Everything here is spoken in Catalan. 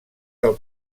del